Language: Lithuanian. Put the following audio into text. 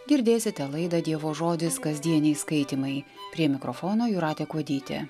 girdėsite laidą dievo žodis kasdieniai skaitymai prie mikrofono jūratė kuodytė